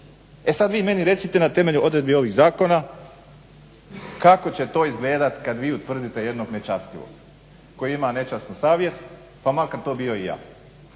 E sad vi meni recite na temelju odredbi ovih zakona kako će to izgledat kad vi utvrdite jednog nečastivog koji ima nečasnu savjest, pa makar to bio i ja.